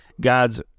God's